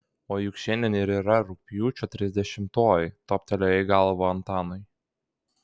o juk šiandien ir yra rugpjūčio trisdešimtoji toptelėjo į galvą antanui